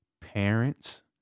parents